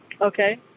Okay